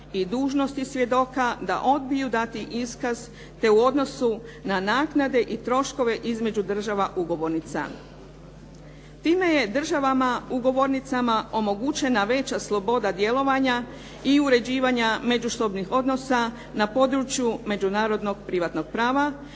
i dužnosti svjedoka da odbiju dati iskaz, te u odnosu na naknade i troškove između država ugovornica. Time je državama ugovornicama omogućena veća sloboda djelovanja i uređivanja međusobnih odnosa na području međunarodnog privatnog prava